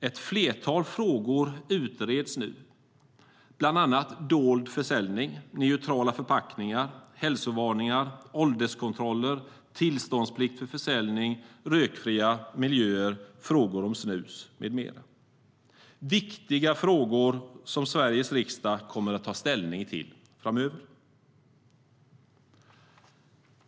Ett flertal frågor utreds nu, bland annat dold försäljning, neutrala förpackningar, hälsovarningar, ålderskontroller, tillståndsplikt för försäljning, rökfria miljöer, frågor om snus med mera. Det är viktiga frågor som Sveriges riksdag kommer att ta ställning till framöver.